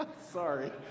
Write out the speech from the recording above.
Sorry